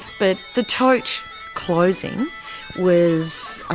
but the tote closing was,